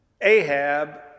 Ahab